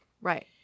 Right